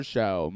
Show